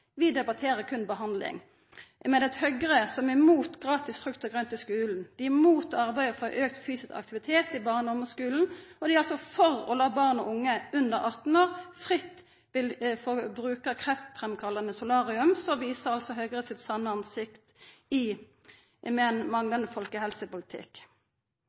Vi debatterer berre behandling. Men ved at Høgre, som er imot gratis frukt og grønt i skulen, imot arbeidet for auka fysisk aktivitet i barne- og ungdomsskulen og for å la barn og unge under 18 år fritt få bruka kreftframkallande solarium, viser Høgre sitt sanne ansikt med ein manglande folkehelsepolitikk. I